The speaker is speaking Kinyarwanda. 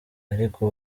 ariko